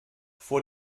vor